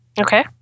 Okay